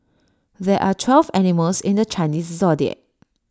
there are twelve animals in the Chinese Zodiac